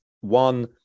one